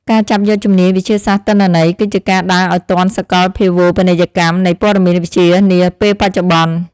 ការចាប់យកជំនាញវិទ្យាសាស្ត្រទិន្នន័យ គឺជាការដើរឱ្យទាន់សកលភាវូបនីយកម្មនៃព័ត៌មានវិទ្យានាពេលបច្ចុប្បន្ន។